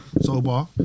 sober